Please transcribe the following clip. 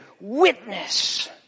witness